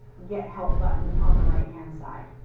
get help button on the right hand side.